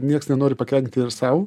nieks nenori pakenkti ir sau